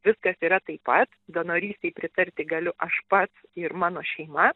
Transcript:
viskas yra taip pat donorystei pritarti galiu aš pats ir mano šeima